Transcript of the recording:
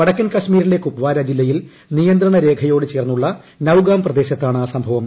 വടക്കൻ കശ്മീരിലെ കുപ്വാര ജില്ലയിൽ നിയന്ത്രണ രേഖയോട് ചേർന്നുള്ള നൌഗാം പ്രദേശത്താണ് സംഭവം